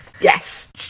Yes